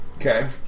Okay